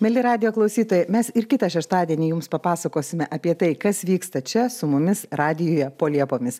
mieli radijo klausytojai mes ir kitą šeštadienį jums papasakosime apie tai kas vyksta čia su mumis radijuje po liepomis